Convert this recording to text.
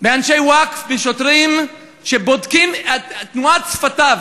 באנשי ווקף, בשוטרים, שבודקים את תנועת שפתיו.